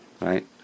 right